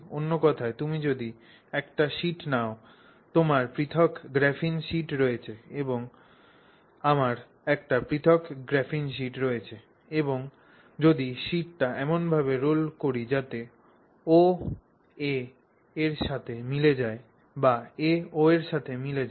অন্য কথায় তুমি যদি একটি শীট নাও তোমার পৃথক গ্রাফিন শীট রয়েছে এবং আমার একটি পৃথক গ্রাফিন শীট রয়েছে এবং যদি শিটটি এমনভাবে রোল করি যাতে O A র সাথে মিলে যায় বা A O এর সাথে মিলে যায়